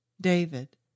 David